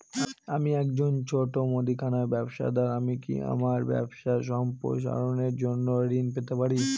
আমি একজন ছোট মুদিখানা ব্যবসাদার আমি কি আমার ব্যবসা সম্প্রসারণের জন্য ঋণ পেতে পারি?